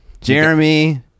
jeremy